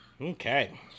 okay